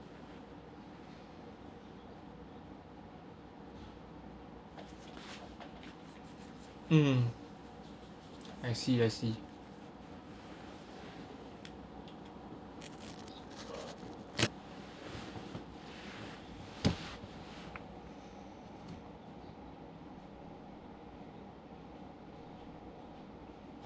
mm I see I see